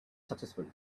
successful